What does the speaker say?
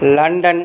London